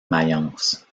mayence